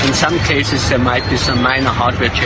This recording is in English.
some cases there might be some minor hardware